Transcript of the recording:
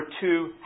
two